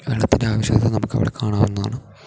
വെള്ളത്തിൻ്റെ ആവശ്യകത നമുക്കവിടെ കാണാവുന്നതാണ്